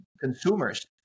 consumers